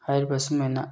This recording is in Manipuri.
ꯍꯥꯏꯔꯤꯕ ꯑꯁꯨꯝꯃꯥꯏꯅ